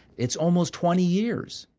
it's almost twenty years!